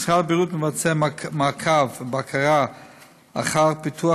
משרד הבריאות מבצע מעקב ובקרה אחר פיתוח